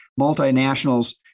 multinationals